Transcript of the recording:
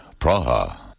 Praha